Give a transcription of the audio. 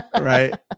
right